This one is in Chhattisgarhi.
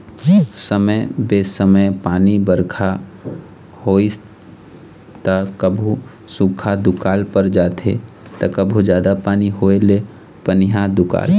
समे बेसमय पानी बरखा होइस त कभू सुख्खा दुकाल पर जाथे त कभू जादा पानी होए ले पनिहा दुकाल